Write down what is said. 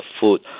food